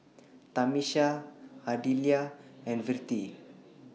Tamisha Ardelia and Vertie